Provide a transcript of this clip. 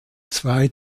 zwei